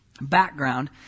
background